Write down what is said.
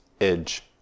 edge